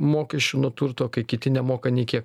mokesčių nuo turto kai kiti nemoka nei kiek